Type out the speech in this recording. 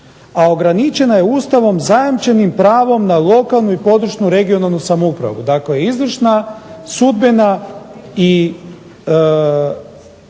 a ograničena je Ustavom zajamčenim pravom na lokalnu i područnu (regionalnu) samoupravu. Dakle, izvršna, sudbena i